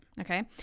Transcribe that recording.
okay